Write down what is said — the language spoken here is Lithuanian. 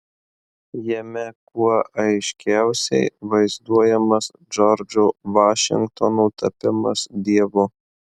jame kuo aiškiausiai vaizduojamas džordžo vašingtono tapimas dievu